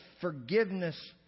forgiveness